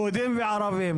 יהודים וערבים,